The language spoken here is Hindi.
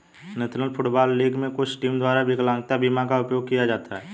नेशनल फुटबॉल लीग में कुछ टीमों द्वारा विकलांगता बीमा का उपयोग किया जाता है